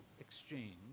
exchange